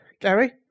Gary